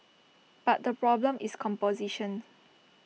but the problem is composition